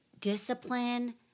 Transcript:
discipline